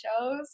shows